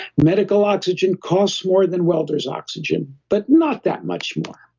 medical oxygen costs more than welder's oxygen, but not that much more